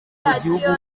gihugu